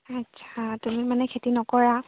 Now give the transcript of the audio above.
আচ্ছা তুমি মানে খেতি নকৰা